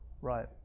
Right